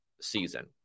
Season